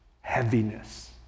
heaviness